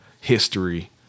history